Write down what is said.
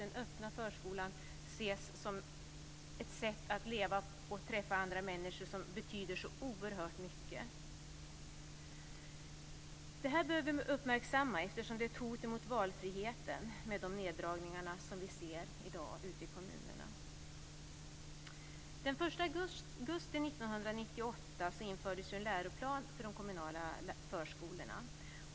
Den öppna förskolan ses som ett sätt att träffa andra människor, och det betyder oerhört mycket. Detta bör uppmärksammas, eftersom neddragningarna ute i kommunerna i dag innebär ett hot mot valfriheten. Den 1 augusti 1998 infördes en läroplan för de kommunala förskolorna.